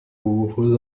ngufu